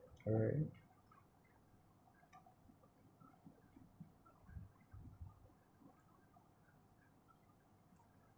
alright